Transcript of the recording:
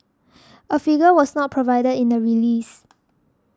a figure was not provided in the release